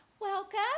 Welcome